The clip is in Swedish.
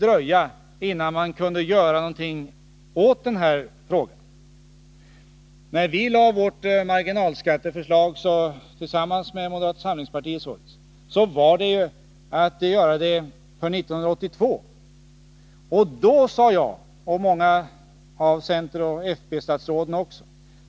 När vi lade fram vårt marginalskatteförslag tillsammans med moderata samlingspartiet avsåg det förslaget år 1982. Då sade jag, och många andra centeroch folkpartistatsråd,